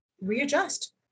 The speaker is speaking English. readjust